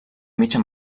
mitja